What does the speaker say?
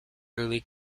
early